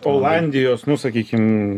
olandijos nu sakykim